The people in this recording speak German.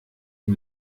die